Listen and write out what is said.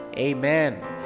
Amen